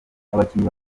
abakinnyi